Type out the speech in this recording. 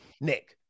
Nick